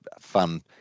fun